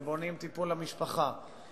ובונים טיפול למשפחה.